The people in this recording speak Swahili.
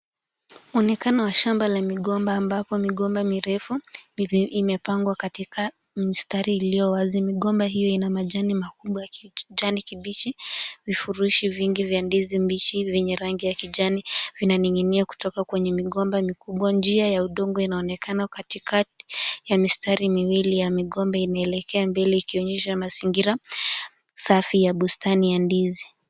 Muonekana wa shamba la migomba ambapo migomba mirefu imepangwa katika mstari ulio wazi. Migomba hiyo ina majani makubwa ya kijani kibichi, vifurushi vingi vya ndizi mbichi venye rangi ya kijani kibichi vinaning'inia kutoka kwenye migomba mikubwa. Njia ya udongo inaonekana katikati ya mistari miwili ya migomba inaelekea mbele ikionyesha mazingira safi ya bustani ya ndizi.